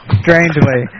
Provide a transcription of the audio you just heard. strangely